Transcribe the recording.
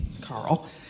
Carl